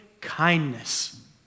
kindness